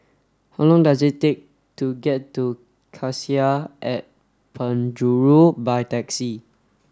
how long does it take to get to Cassia at Penjuru by taxi